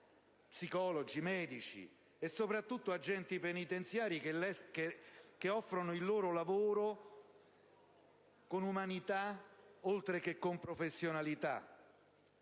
psicologi, medici e soprattutto ad agenti penitenziari che offrono il loro lavoro con umanità, oltre che con professionalità.